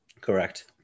Correct